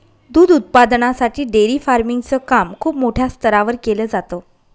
दूध उत्पादनासाठी dairy farming च काम खूप मोठ्या स्तरावर केल जात